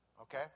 Okay